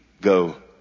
go